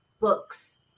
books